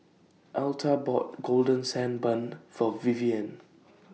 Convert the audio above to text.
Elta bought Golden Sand Bun For Vivienne